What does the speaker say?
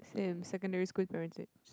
same secondary school and primary six